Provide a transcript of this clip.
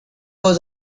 was